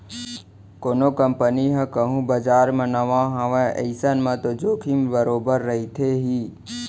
कोनो कंपनी ह कहूँ बजार म नवा हावय अइसन म तो जोखिम बरोबर रहिथे ही